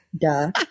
duh